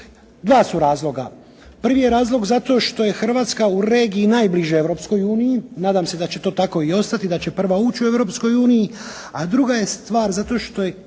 Dva su razloga. Prvi je razlog zato što je Hrvatska u regiji najbliža Europskoj uniji. Nadam se da će to tako i ostati, da će prva ući u Europskoj uniji, a druga je stvar zato što je